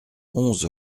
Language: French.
onze